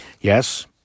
yes